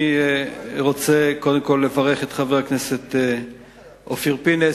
אני רוצה קודם כול לברך את חבר הכנסת אופיר פינס